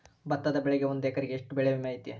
ಭತ್ತದ ಬೆಳಿಗೆ ಒಂದು ಎಕರೆಗೆ ಎಷ್ಟ ಬೆಳೆ ವಿಮೆ ಐತಿ?